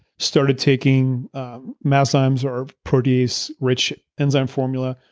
started taking masszymes, our protease rich enzyme formula.